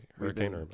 hurricane